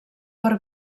per